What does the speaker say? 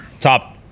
Top